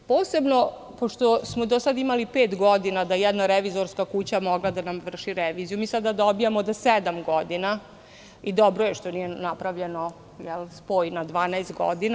Posebno, pošto smo do sada imali pet godina da jedna revizorska kuća je mogla da nam vrši reviziju, mi sada dobijamo do sedam godina i dobro je što nije napravljen spoj na 12 godina.